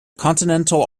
continental